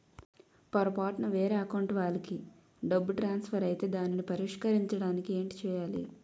పొరపాటున వేరే అకౌంట్ వాలికి డబ్బు ట్రాన్సఫర్ ఐతే దానిని పరిష్కరించడానికి ఏంటి చేయాలి?